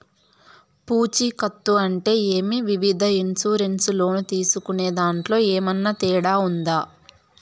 పూచికత్తు అంటే ఏమి? వివిధ ఇన్సూరెన్సు లోను తీసుకునేదాంట్లో ఏమన్నా తేడా ఉందా?